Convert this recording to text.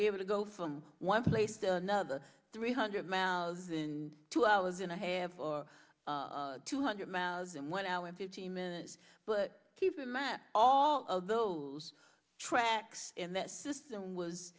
be able to go from one place to another three hundred miles in two hours and a half or two hundred miles in one hour and fifteen minutes but keep in mind all of those tracks in that system was